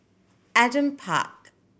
Adam Park